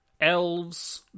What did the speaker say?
elves